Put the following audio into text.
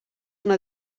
una